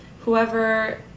whoever